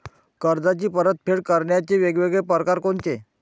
कर्जाची परतफेड करण्याचे वेगवेगळ परकार कोनचे?